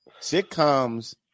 Sitcoms